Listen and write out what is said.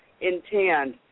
intend